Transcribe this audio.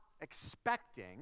expecting